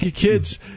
kids